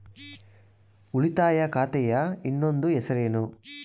ಉಳಿತಾಯ ಖಾತೆಯ ಇನ್ನೊಂದು ಹೆಸರೇನು?